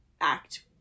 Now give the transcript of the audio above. act